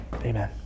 Amen